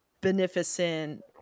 beneficent